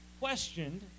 questioned